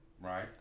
Right